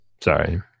Sorry